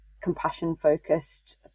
compassion-focused